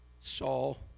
Saul